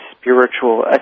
spiritual